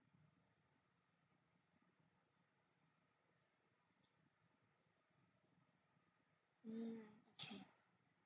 mm okay